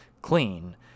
clean